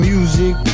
Music